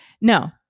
No